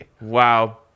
Wow